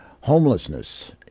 homelessness